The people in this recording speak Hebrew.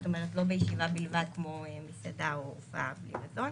זאת אומרת לא בישיבה בלבד כמו מסעדה או הופעה בלי מזון,